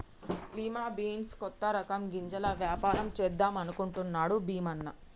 lima beans కొత్త రకం గింజల వ్యాపారం చేద్దాం అనుకుంటున్నాడు భీమన్న